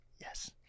Yes